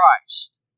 Christ